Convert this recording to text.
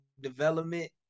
development